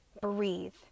Breathe